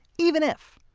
even if,